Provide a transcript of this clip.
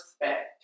respect